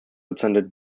attended